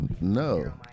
No